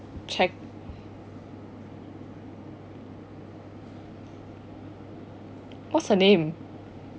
chat what's her name